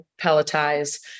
pelletize